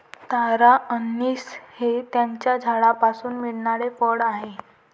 तारा अंनिस हे त्याच्या झाडापासून मिळणारे फळ आहे